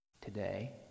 today